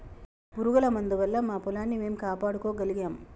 పురుగుల మందు వల్ల మా పొలాన్ని మేము కాపాడుకోగలిగాము